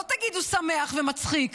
לא תגידו שמח ומצחיק,